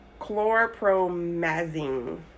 Chlorpromazine